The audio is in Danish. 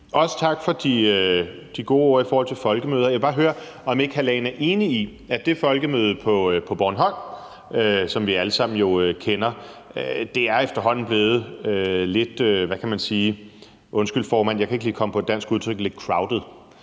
Også tak for de gode ord i forhold til folkemøder. Jeg vil bare høre, om ikke hr. Leif Lahn Jensen er enig i, at det folkemøde, der er på Bornholm, og som vi alle sammen kender, efterhånden er blevet lidt crowded – undskyld, formand, jeg kan ikke lige komme på et dansk udtryk.